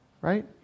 right